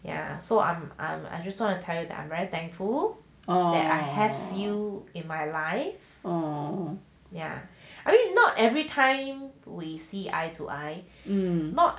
ya so I'm I'm I just wanna tired that I'm very thankful that I have you in my life oh yeah I really not every time we see eye to eye not